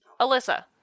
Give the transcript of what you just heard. Alyssa